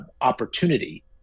opportunity